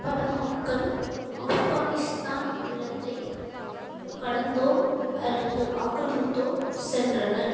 பல மக்கள் ஆஃப்கானிஸ்தான் நிலத்தை கடந்தோ அல்லது ஆக்கிரமித்தோ சென்றனர்